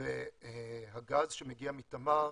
הגז שמגיע מתמר